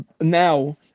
now